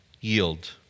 yield